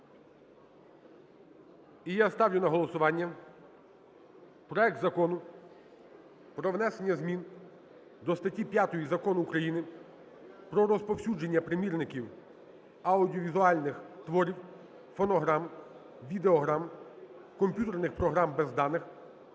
І я ставлю на голосування проект Закону про внесення змін до статті 5 Закону України "Про розповсюдження примірників аудіовізуальних творів, фонограм, відеограм, комп'ютерних програм без даних"